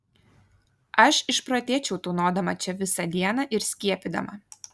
aš išprotėčiau tūnodama čia visą dieną ir skiepydama